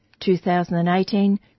2018